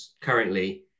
currently